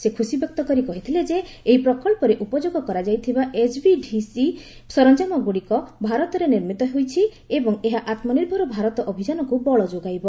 ସେ ଖୁସି ବ୍ୟକ୍ତ କରି କହିଥିଲେ ଯେ ଏହି ପ୍ରକଳ୍ପରେ ଉପଯୋଗ କରାଯାଇଥିବା ଏଚ୍ଭିଡିସି ସରଞ୍ଜାମଗୁଡ଼ିକ ଭାରତରେ ନିର୍ମିତ ହୋଇଛି ଏବଂ ଏହା ଆତ୍ମନିର୍ଭର ଭାରତ ଅଭିଯାନକୁ ବଳ ଯୋଗାଇବ